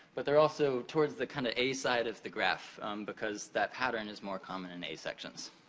but they're also towards the kind of a side of the graph because that pattern is more common in a sections.